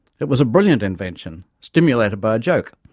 it was a brilliant invention, stimulated by a joke,